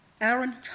Aaron